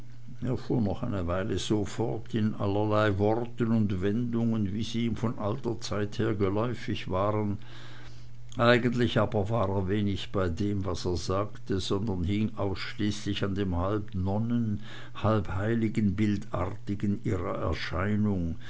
noch eine weile fort in allerlei worten und wendungen wie sie ihm von alter zeit her geläufig waren eigentlich aber war er wenig bei dem was er sagte sondern hing ausschließlich an dem halb nonnen halb heiligenbildartigen ihrer erscheinung